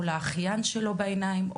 או לאחיין שלו בעיניים,